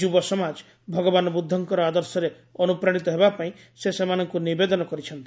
ଯୁବ ସମାଜ ଭଗବାନ ବୁଦ୍ଧଙ୍କର ଆଦର୍ଶରେ ଅନୁପ୍ରାଣିତ ହେବା ପାଇଁ ସେ ସେମାନଙ୍କୁ ନିବେଦନ କରିଛନ୍ତି